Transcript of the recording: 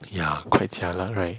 ya quite jialat right